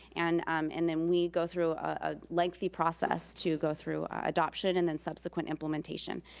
and um and then we go through a lengthy process to go through adoption, and then subsequent implementation.